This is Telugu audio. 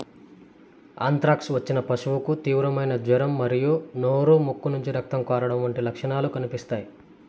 ఆంత్రాక్స్ వచ్చిన పశువుకు తీవ్రమైన జ్వరం మరియు నోరు, ముక్కు నుంచి రక్తం కారడం వంటి లక్షణాలు కనిపిస్తాయి